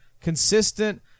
consistent